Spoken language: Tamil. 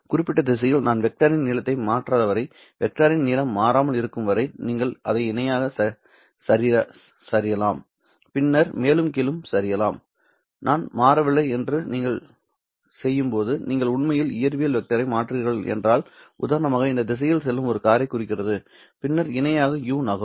குறிப்பிட்ட திசையில் நான் வெக்டரின் நீளத்தை மாற்றாதவரை வெக்டரின் நீளம் மாறாமல் இருக்கும் வரை நீங்கள் அதை இணையாக சரியலாம் பின்னர் மேலும் கீழும் சரியலாம் நன்றாக மாறவில்லை என்று நீங்கள் செய்யும்போது நீங்கள் உண்மையில் இயற்பியல் வெக்டரை மாற்றுகிறீர்கள் என்றால் உதாரணமாக இந்த திசையில் செல்லும் ஒரு காரைக் குறிக்கிறது பின்னர் இணையாக u நகரும்